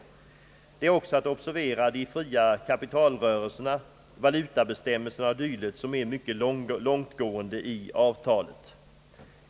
Det är också att observera de fria kapitalrörelserna, valutabestämmelserna och dylikt som är mycket långtgående i avtalet.